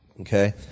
Okay